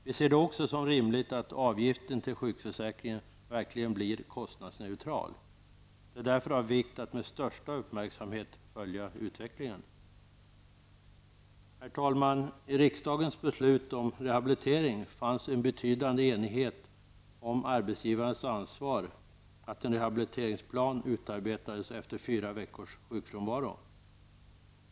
Vi ser det också som rimligt att avgiften till sjukförsäkringen verkligen blir kostnadsneutral. Det är därför av vikt att man med största uppmärksamhet följer utvecklingen. Herr talman! I riksdagens beslut om rehabilitering fanns en betydande enighet om arbetsgivarnas ansvar för att en rehabiliteringsplan utarbetades efter fyra veckors sjukfrånvaro.